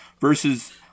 versus